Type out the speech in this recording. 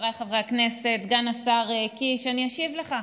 חבריי חברי הכנסת, סגן השר קיש, אני אשיב לך.